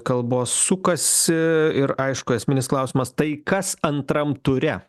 kalbos sukasi ir aišku esminis klausimas tai kas antram ture